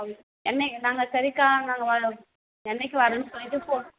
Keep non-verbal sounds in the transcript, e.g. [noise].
[unintelligible] என்னைக்கு நாங்கள் சரிக்கா நாங்கள் வ என்றைக்கி வரோன்னு சொல்லிட்டு ஃபோன்